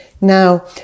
Now